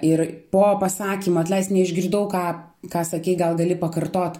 ir po pasakymo atleisk neišgirdau ką ką sakei gal gali pakartot